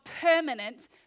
permanent